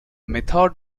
method